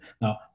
Now